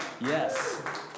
Yes